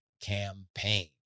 campaign